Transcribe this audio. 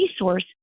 resource